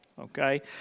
Okay